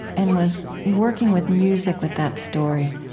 and was working with music with that story,